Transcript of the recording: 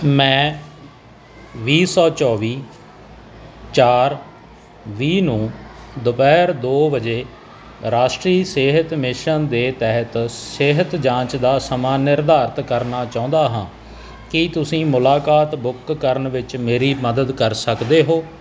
ਮੈਂ ਵੀਹ ਸੌ ਚੌਵੀ ਚਾਰ ਵੀਹ ਨੂੰ ਦੁਪਹਿਰ ਦੋ ਵਜੇ ਰਾਸ਼ਟਰੀ ਸਿਹਤ ਮਿਸ਼ਨ ਦੇ ਤਹਿਤ ਸਿਹਤ ਜਾਂਚ ਦਾ ਸਮਾਂ ਨਿਰਧਾਰਿਤ ਕਰਨਾ ਚਾਹੁੰਦਾ ਹਾਂ ਕੀ ਤੁਸੀਂ ਮੁਲਾਕਾਤ ਬੁੱਕ ਕਰਨ ਵਿੱਚ ਮੇਰੀ ਮਦਦ ਕਰ ਸਕਦੇ ਹੋ